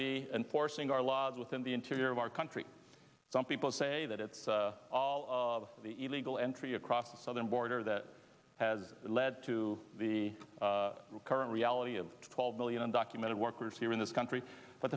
and forcing our laws within the interior of our country some people say that it's the illegal entry across the southern border that has led to the current reality of twelve million undocumented workers here in this country but